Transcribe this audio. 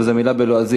אבל זה מילה בלועזית,